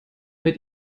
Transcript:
mit